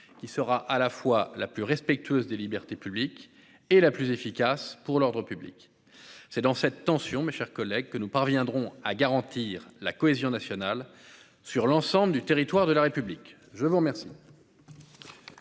qui sera à la fois la plus respectueuse des libertés publiques et la plus efficace pour l'ordre public. C'est dans cette tension, mes chers collègues, que nous parviendrons à garantir la cohésion nationale, sur l'ensemble du territoire de la République. La parole